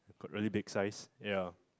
got really big size yeah